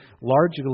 largely